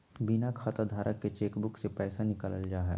बिना खाताधारक के चेकबुक से पैसा निकालल जा हइ